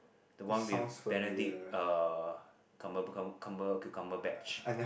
the one with Benedict uh cucumberbatch